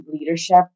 leadership